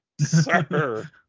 sir